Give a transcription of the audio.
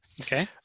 Okay